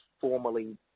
formally